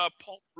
Paul